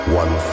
one